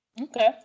Okay